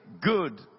Good